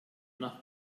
nach